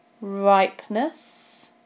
Ripeness